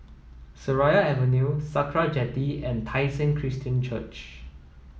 Seraya Avenue Sakra Jetty and Tai Seng Christian Church